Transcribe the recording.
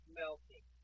melting